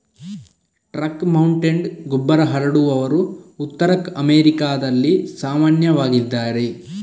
truck mounted ಗೊಬ್ಬರ ಹರಡುವವರು ಉತ್ತರ ಅಮೆರಿಕಾದಲ್ಲಿ ಸಾಮಾನ್ಯವಾಗಿದ್ದಾರೆ